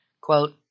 Quote